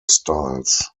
styles